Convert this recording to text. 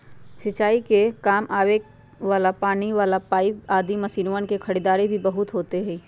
सिंचाई के काम आवे वाला पानी वाला पाईप आदि मशीनवन के खरीदारी भी बहुत होते हई